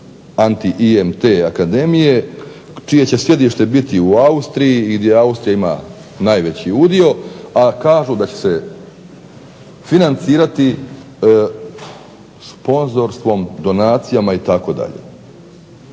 antiIMT akademiji čije će sjedište biti u Austriji ili Austrija ima udio, a kažu da će se financirati sponzorstvom, donacijama itd.